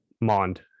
mond